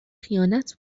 خیانت